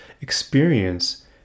experience